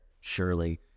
surely